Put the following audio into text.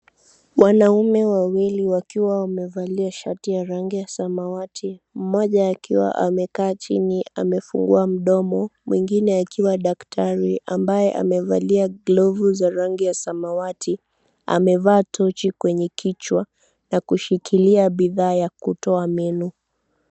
Wanaume wawili wakiwa wamevalia shati ya samawati mmoja akiwa amekaa chini amefungua mdomo mwengine akiwa dakaitari ambae amevalia glovu ya samawati amevaa tochi kwenye kwichwa nakushikilia bidhaa ya kutoa meno.